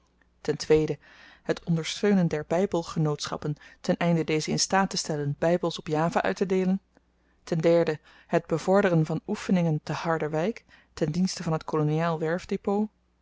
het ondersteunen der bybelgenootschappen ten einde deze in staat te stellen bybels op java uit te deelen ten het bevorderen van oefeningen te harderwyk ten dienste van het